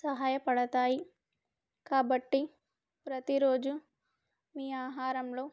సహాయపడతాయి కాబట్టి ప్రతిరోజు మీ ఆహారంలో